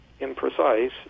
imprecise